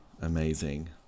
amazing